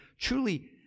truly